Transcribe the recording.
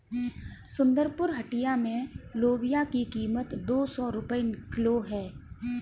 सुंदरपुर हटिया में लोबिया की कीमत दो सौ रुपए किलो है